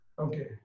okay